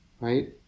right